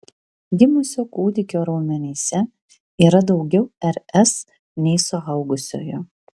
gimusio kūdikio raumenyse yra daugiau rs nei suaugusiojo